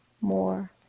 more